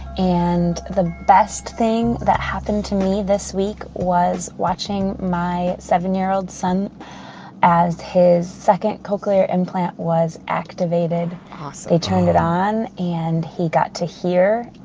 and the best thing that happened to me this week was watching my seven year old son as his second cochlear implant was activated awesome they turned it on. and he got to hear,